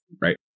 right